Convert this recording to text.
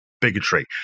bigotry